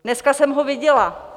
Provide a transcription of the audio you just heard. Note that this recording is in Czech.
Dneska jsem ho viděla.